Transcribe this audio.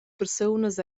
persunas